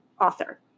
author